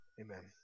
amen